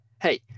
Hey